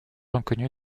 inconnu